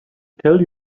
tell